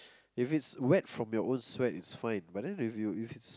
if it's wet from your own sweat it's fine but then if you if it's